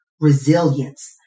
resilience